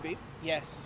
Yes